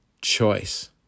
choice